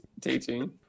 teaching